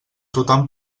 tothom